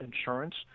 insurance